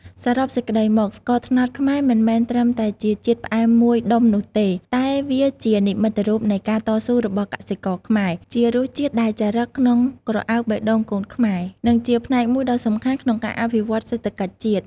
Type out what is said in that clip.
សរុបសេចក្តីមក ស្ករត្នោតខ្មែរមិនមែនត្រឹមតែជាជាតិផ្អែមមួយដុំនោះទេ តែវាជានិមិត្តរូបនៃការតស៊ូរបស់កសិករខ្មែរ ជារសជាតិដែលចារឹកក្នុងក្រអៅបេះដូងកូនខ្មែរ និងជាផ្នែកមួយដ៏សំខាន់ក្នុងការអភិវឌ្ឍន៍សេដ្ឋកិច្ចជាតិ។